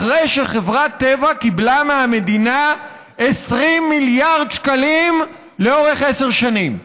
אחרי שחברת טבע קיבלה מהמדינה 20 מיליארד שקלים לאורך עשר שנים.